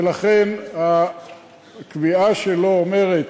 ולכן הקביעה שלו אומרת